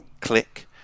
click